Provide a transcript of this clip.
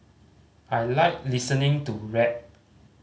I like listening to rap